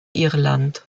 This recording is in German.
irland